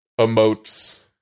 emotes